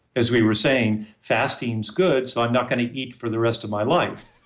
as we were saying fasting is good, so, i'm not going to eat for the rest of my life.